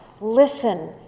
Listen